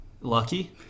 Lucky